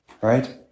Right